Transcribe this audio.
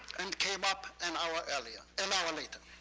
and came up an hour earlier an hour later.